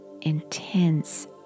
intense